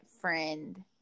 friend